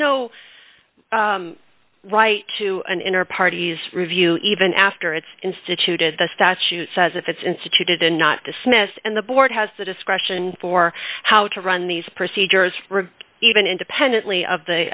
no right to an inner party's review even after it's instituted the statute says if it's instituted and not dismissed and the board has the discretion for how to run these procedures for even independently of the